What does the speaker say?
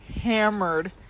hammered